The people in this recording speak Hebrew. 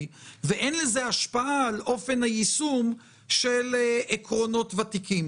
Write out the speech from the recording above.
ואין לזה השפעה על אופן היישום של עקרונות ותיקים.